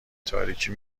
تاریکی